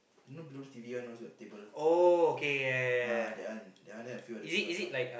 you know those T_V one those on the table ah that one that one then a few other thing want to come